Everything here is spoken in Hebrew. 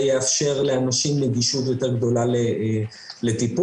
יאפשר לאנשים נגישות יותר גדולה לטיפול.